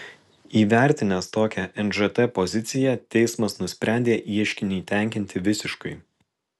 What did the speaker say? įvertinęs tokią nžt poziciją teismas nusprendė ieškinį tenkinti visiškai